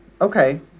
okay